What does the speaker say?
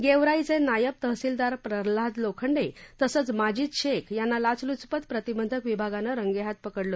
गेवराईचे नायब तहसीलदार प्रल्हाद लोखंडे तसंच माजीद शेख यांना लाचलुचपत प्रतिबंधक विभागाने रंगेहाथ पकडलं